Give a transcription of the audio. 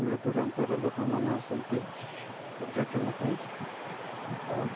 ଦୂର ଦୂରାନ୍ତର ଲୋକମାନେ ଆସନ୍ତି ପର୍ଯ୍ୟଟନ ପାଇଁ ଆଉ